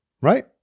right